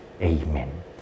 Amen